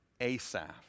Asaph